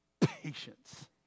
Patience